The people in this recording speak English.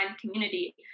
community